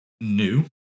new